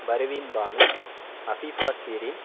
Parveen Banu Afifa Sherin